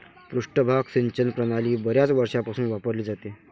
पृष्ठभाग सिंचन प्रणाली बर्याच वर्षांपासून वापरली जाते